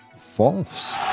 false